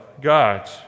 God